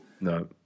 No